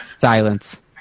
silence